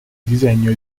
disegno